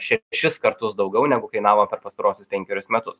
šešis kartus daugiau negu kainavo per pastaruosius penkerius metus